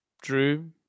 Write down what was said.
Drew